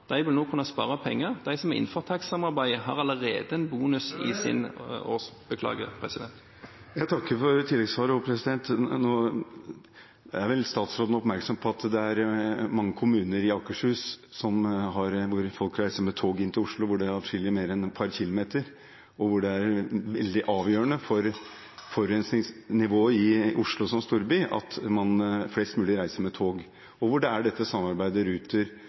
vil nå kunne spare penger. De som er innenfor takstsamarbeidet, har allerede en bonus ... Jeg takker også for tilleggssvaret. Nå er vel statsråden oppmerksom på at det er mange kommuner i Akershus hvor det bor folk som reiser med tog inn til Oslo, og hvor reiseveien er adskillig mer enn et par kilometer. Det er veldig avgjørende for forurensningsnivået i Oslo som storby at flest mulig reiser med tog, og dette takstsamarbeidet mellom Ruter og NSB er